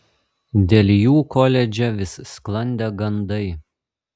dėl jų koledže vis sklandė gandai